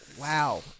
Wow